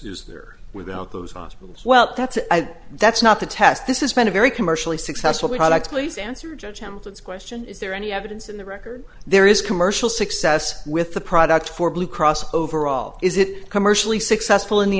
is there without those hospitals well that's that's not the test this has been a very commercially successful product please answer judge temperance question is there any evidence in the record there is commercial success with the product for blue cross overall is it commercially successful in the